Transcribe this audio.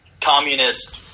communist